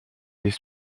des